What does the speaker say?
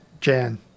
Jan